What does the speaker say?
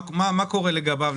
מה קורה לגביו,